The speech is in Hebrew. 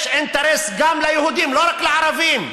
יש אינטרס גם ליהודים, לא רק לערבים,